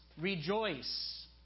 rejoice